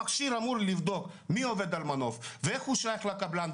המכשיר אמור לבדוק מי עובד על המנוף ואיך הוא שייך לקבלן,